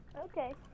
Okay